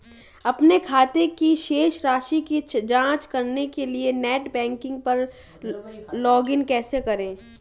अपने खाते की शेष राशि की जांच करने के लिए नेट बैंकिंग पर लॉगइन कैसे करें?